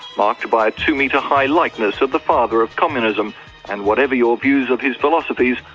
marked by a two-metre high likeness of the father of communism and, whatever your views of his philosophies,